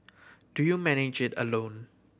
do you manage it alone